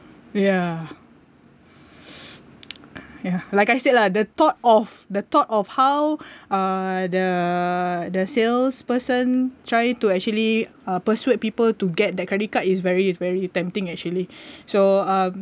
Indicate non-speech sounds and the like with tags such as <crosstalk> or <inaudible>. ya <breath> ya like I said lah the thought of the thought of how <breath> uh the the salesperson try to actually uh persuade people to get the credit card is very very tempting actually <breath> so um